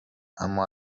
اما